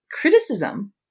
criticism